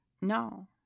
No